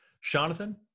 Jonathan